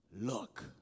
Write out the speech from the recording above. Look